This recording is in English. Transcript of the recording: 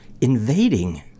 invading